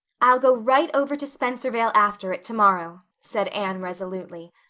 i'll go right over to spencervale after it tomorrow, said anne resolutely,